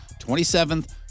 27th